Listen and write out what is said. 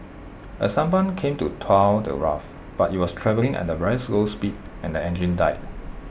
A sampan came to tow the raft but IT was travelling at A very slow speed and engine died